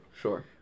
sure